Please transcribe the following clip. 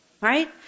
Right